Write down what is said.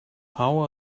how